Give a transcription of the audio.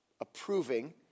approving